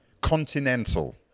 continental